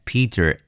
Peter